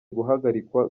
guhagarikwa